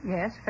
Yes